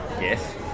Yes